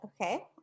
Okay